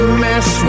mess